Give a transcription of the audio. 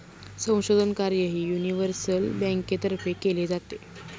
संशोधन कार्यही युनिव्हर्सल बँकेतर्फे केले जाते